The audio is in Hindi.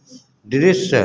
दृश्य